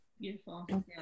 Beautiful